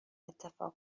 اتفاق